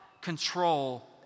control